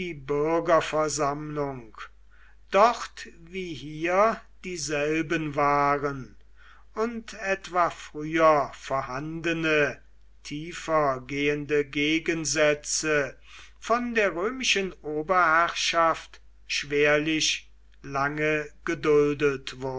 bürgerversammlung dort wie hier dieselben waren und etwa früher vorhandene tiefer gehende gegensätze von der römischen oberherrschaft schwerlich lange geduldet